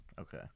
Okay